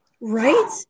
Right